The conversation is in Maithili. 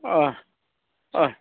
आह अह